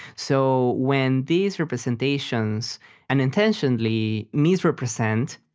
so when these representations unintentionally misrepresent,